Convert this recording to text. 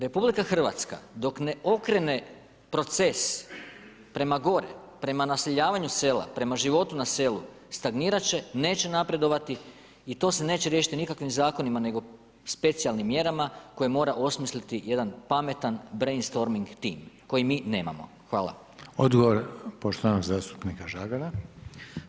RH dok ne okrene proces prema gore, prema naseljavanju sela, prema životu na selu, stagnirat će, neće napredovati i to se neće riješiti nikakvim zakonima nego specijalnim mjerama koje mora osmisliti jedan pametan brainstorming tim koji mi nemamo.